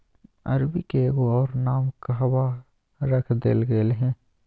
अरबी के एगो और नाम कहवा रख देल गेलय हें